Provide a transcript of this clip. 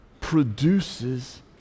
produces